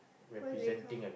what do we call